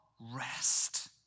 rest